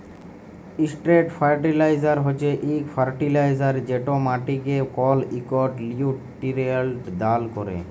straight fertilizer হছে সে fertilizer যেট মাটিকে কল ইকট লিউটিরিয়েল্ট দাল ক্যরে